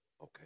Okay